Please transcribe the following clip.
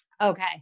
Okay